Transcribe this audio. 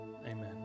Amen